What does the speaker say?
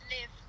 live